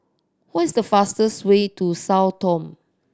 what is the fastest way to Sao Tome